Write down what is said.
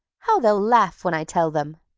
how they'll laugh when i tell them.